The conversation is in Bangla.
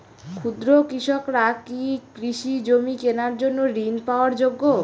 ক্ষুদ্র কৃষকরা কি কৃষি জমি কেনার জন্য ঋণ পাওয়ার যোগ্য?